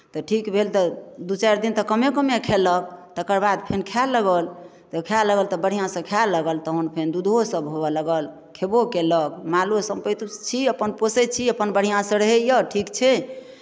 तऽ ठीक भेल तऽ दू चारि दिन तऽ कमे कमे खेलक तकर बाद फेर खाए लागल तऽ खाए लागल तऽ बढ़िआँसँ खाए लागल तखन फेर दूधोसभ हुअय लागल खयबो कयलक मालो सम्पैतो छी अपन पोसैत छी अपन बढ़िआँसँ रहैए ठीक छै